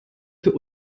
für